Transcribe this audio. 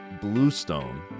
bluestone